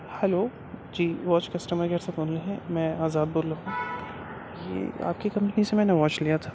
hello جی watch customer care سے بول رہے ہیں میں آزاد بول رہا ہوں یہ آپ کی کمپنی سے میں نے واچ لیا تھا